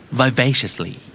vivaciously